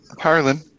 Harlan